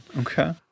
Okay